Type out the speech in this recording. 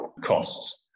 costs